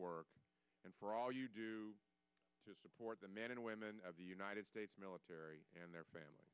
work and for all you do to support the men and women of the united states military and their famil